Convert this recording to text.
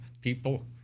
people